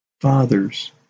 Fathers